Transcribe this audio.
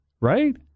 right